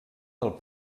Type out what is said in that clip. del